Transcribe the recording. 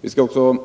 Vi skall också